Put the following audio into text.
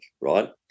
right